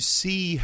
see